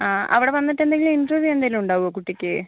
ആ അവിടെ വന്നിട്ട് എന്തെങ്കിലും ഇൻ്റർവ്യൂ എന്തെങ്കിലും ഉണ്ടാവുമോ കുട്ടിക്ക്